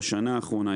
בשנה האחרונה,